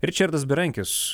ričardas berankis